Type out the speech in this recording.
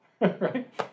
right